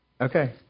Okay